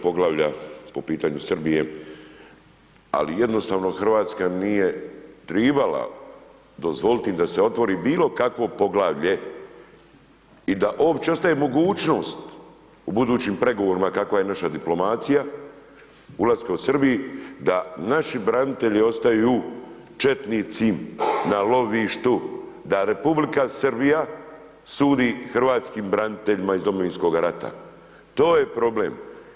Poglavlja po pitanju Srbije, ali jednostavno Hrvatska nije tribala dozvolit im da se otvori bilo kakvo poglavlje i da uopće ostaje mogućnost u budućim pregovorima kakva je naša diplomacija ulaska u Srbiji, da naši branitelji ostaju četnicim na lovištu, da Republika Srbija sudi Hrvatskim braniteljima iz Domovinskog rata, to je problem.